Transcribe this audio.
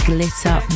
Glitter